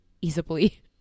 easily